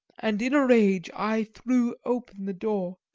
and in a rage i threw open the door,